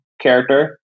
character